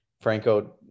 Franco